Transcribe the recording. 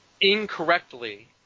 incorrectly